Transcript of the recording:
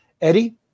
Eddie